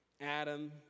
Adam